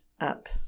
up